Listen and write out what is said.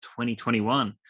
2021